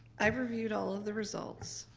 i've reviewed all of the results.